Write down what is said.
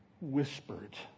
whispered